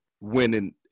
winning